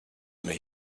may